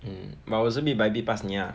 mm but 我是 bit by bit pass 你 lah